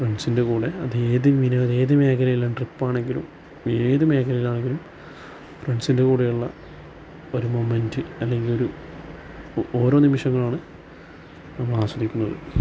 ഫ്രണ്ട്സിൻ്റെ കൂടെ അത് ഏത് വിനോദം ഏത് മേഖലയെല്ലാം ട്രിപ്പാണെങ്കിലും ഏത് മേഖലയിലാണെങ്കിലും ഫ്രണ്ട്സിൻ്റെ കൂടെയുള്ള ഒരു മൊമൻറ്റ് അല്ലെങ്കിൽ ഒരു ഓ ഓരോ നിമിഷങ്ങളാണ് നമ്മൾ ആസ്വദിക്കുന്നത്